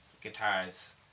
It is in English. guitars